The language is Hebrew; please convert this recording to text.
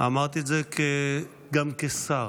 אמרתי את זה גם כשר.